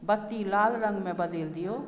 बत्ती लाल रङ्गमे बदलि दियौ